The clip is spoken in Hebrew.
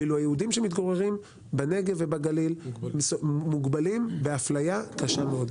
ואילו היהודים שמתגוררים בנגב ובגליל מוגבלים באפליה קשה מאוד.